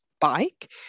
bike